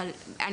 אבל אני